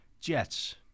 Jets